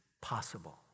possible